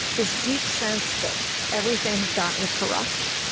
this deep sense that everything had gotten corrupt.